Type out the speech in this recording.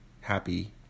happy